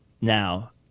now